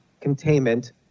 containment